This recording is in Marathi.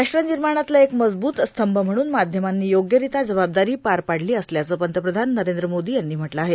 राष्ट्रनिर्माणातला एक मजबूत स्तंभ म्हणून माध्यमांनी योग्यरित्या जबाबदारी पार पाडली असल्याचं पंतप्रधान नरेंद्र मोदी यांनी म्हटलं आहे